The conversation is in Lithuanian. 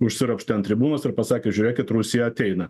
užsiropštė ant tribūnos ir pasakė žiūrėkit rusija ateina